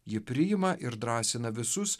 ji priima ir drąsina visus